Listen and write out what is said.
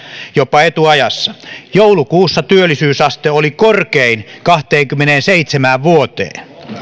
jopa etuajassa joulukuussa työllisyysaste oli korkein kahteenkymmeneenseitsemään vuoteen